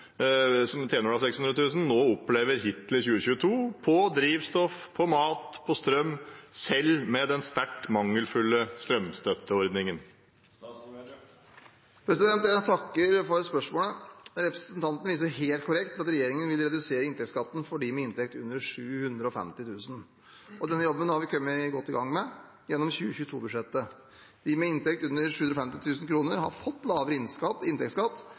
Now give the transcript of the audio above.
nå opplever hittil i 2022 på drivstoff, mat og strøm, selv med den sterkt mangelfulle strømstøtteordningen?» Jeg takker for spørsmålet. Representanten viser helt korrekt til at regjeringen vil redusere inntektsskatten for dem med inntekt på under 750 000 kr, og den jobben har vi kommet godt i gang med gjennom 2022-budsjettet. De med inntekt på under 750 000 kr har fått lavere inntektsskatt